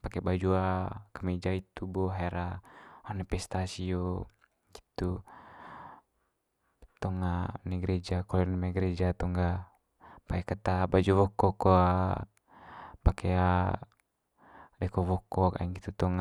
pake baju kemeja hitu haer one pesta sio nggitu tong one gereja kole one mai gereja tong ga pake kat baju wokok ko pake deko wokok ai nggitu tong.